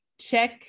Check